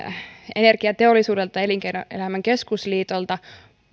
energiateollisuudelta ja elinkeinoelämän keskusliitolta